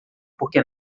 porque